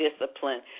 discipline